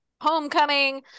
homecoming